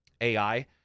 AI